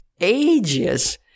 ages